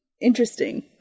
interesting